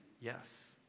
yes